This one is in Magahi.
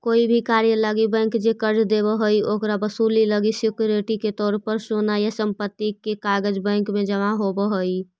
कोई भी कार्य लागी बैंक जे कर्ज देव हइ, ओकर वसूली लागी सिक्योरिटी के तौर पर सोना या संपत्ति के कागज़ बैंक में जमा होव हइ